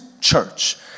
church